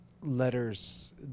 letters